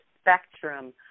spectrum